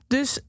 Dus